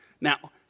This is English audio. Now